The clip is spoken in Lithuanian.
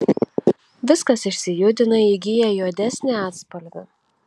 viskas išsijudina įgyja juodesnį atspalvį